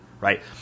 right